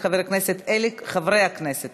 חברי כנסת